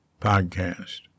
podcast